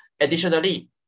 Additionally